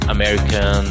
American